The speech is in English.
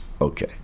okay